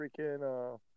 Freaking